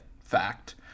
Fact